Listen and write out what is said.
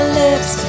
lips